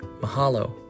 Mahalo